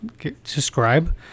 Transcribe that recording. subscribe